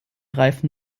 reifen